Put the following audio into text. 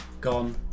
Gone